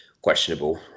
questionable